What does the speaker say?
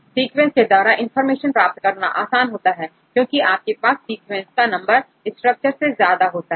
sequence के द्वारा information प्राप्त करना आसान होता है क्योंकि आपके पास सीक्वेंस का नंबर स्ट्रक्चर से ज्यादा होता है